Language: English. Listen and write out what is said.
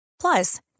Plus